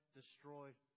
destroyed